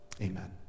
Amen